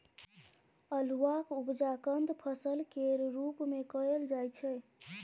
अल्हुआक उपजा कंद फसल केर रूप मे कएल जाइ छै